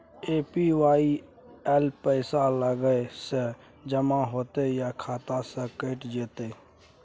APY ल पैसा अलग स जमा होतै या खाता स कैट जेतै?